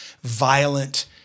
violent